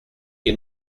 que